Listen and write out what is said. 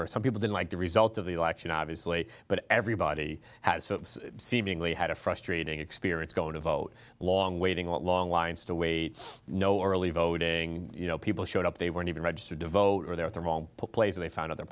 where some people didn't like the results of the election obviously but everybody has sort of seemingly had a frustrating experience going to vote long waiting long lines to wait no early voting you know people showed up they weren't even registered to vote or they're at the wrong place they found their